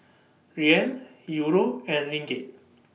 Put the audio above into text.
Riel Euro and Ringgit